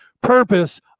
purpose